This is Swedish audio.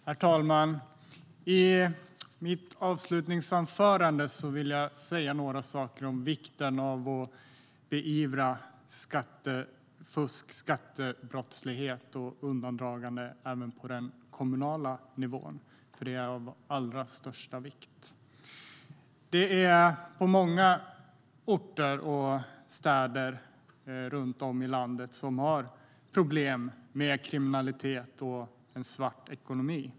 Herr talman! I mitt avslutningsanförande vill jag säga något om vikten av att beivra skattefusk, skattebrottslighet och undandragande även på den kommunala nivån, för det är av allra största vikt. Många orter och städer runt om i landet har problem med kriminalitet och en svart ekonomi.